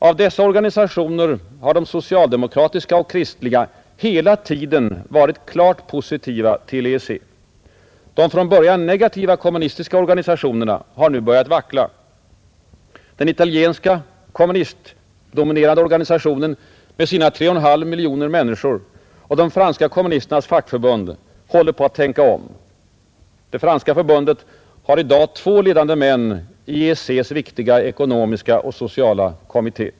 Av dessa organisa tioner har de socialdemokratiska och kristliga hela tiden varit klart positiva till EEC, De från början negativa kommunistiska organisationerna har nu börjat vackla, Den italienska kommunistdominerade organisationen med sina 3,5 miljoner människor och de franska kommunisternas fackförbund håller på att tänka om. Det franska förbundet har i dag två ledande män i EEC:s viktiga ekonomiska och sociala kommitté.